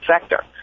sector